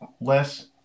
less –